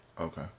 Okay